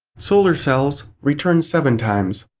solar cells return seven times.